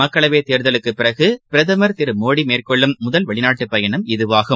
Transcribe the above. மக்களவைத்தேர்தலுக்குபிறகுபிரதமர் திருமோடி மேற்கொள்ளும் முதல் வெளிநாட்டுபயணம் இதுவாகும்